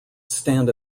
stand